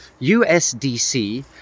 USDC